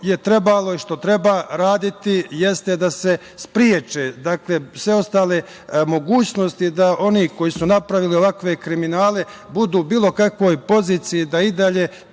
trebalo i što treba raditi, jeste da se spreče sve ostale mogućnosti da oni koji su napravili ovakve kriminale, budu u bilo kakvoj poziciji da i dalje